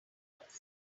numbers